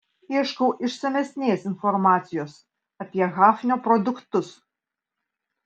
ieškau išsamesnės informacijos apie hafnio produktus